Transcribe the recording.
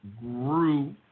grew